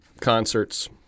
Concerts